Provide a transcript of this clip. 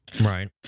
right